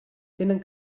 tenen